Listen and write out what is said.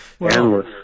Endless